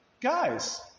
Guys